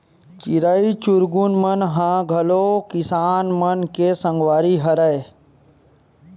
चिरई चिरगुन मन ह घलो किसान मन के संगवारी हरय